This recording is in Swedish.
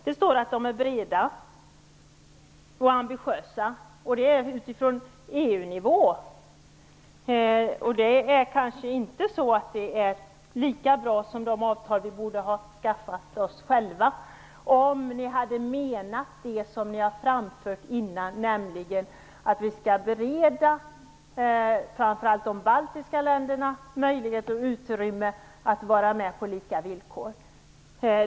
Det står att de är breda och ambitiösa utifrån EU-nivå. De är kanske inte lika bra som de avtal Sverige borde ha skaffat, om man hade menat det som framförts tidigare, nämligen att vi skall bereda framför allt de baltiska länderna möjlighet och utrymme att vara med på lika villkor.